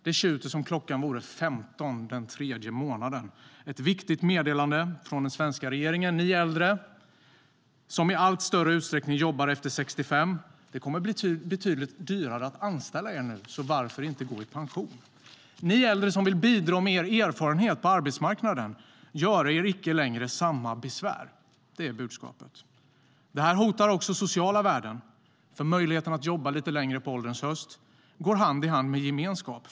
Det tjuter som vore klockan 15.00 den tredje månaden med ett viktigt meddelande från den svenska regeringen: Ni äldre som i allt större utsträckning jobbar efter 65 kommer det att bli betydligt dyrare att anställa, så varför inte gå i pension? Ni äldre som vill bidra med er erfarenhet på arbetsmarknaden: Gör er icke längre samma besvär. Det är budskapet. Detta hotar också sociala värden, för möjligheten att jobba lite längre på ålderns höst går hand i hand med gemenskap.